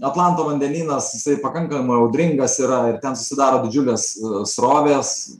atlanto vandenynas jisai pakankamai audringas yra ir ten susidaro didžiulės srovės